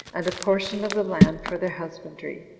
and a portion of the land for their husbandry,